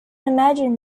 imagine